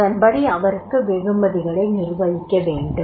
அதன்படி அவருக்கு வெகுமதிகளை நிர்வகிக்க வேண்டும்